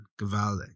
Gavale